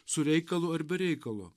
su reikalu ar be reikalo